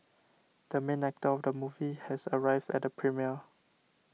the main actor of the movie has arrived at the premiere